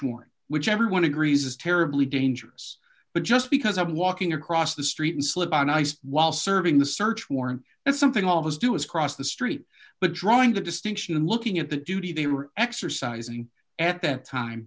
warrant which everyone agrees is terribly dangerous but just because i'm walking across the street and slip on ice while serving the search warrant that's something all of us do is cross the street but drawing the distinction and looking at the duty they were exercising at that time